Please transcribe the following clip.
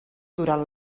durant